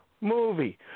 movie